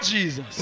Jesus